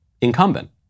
incumbent